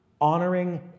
honoring